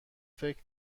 فکر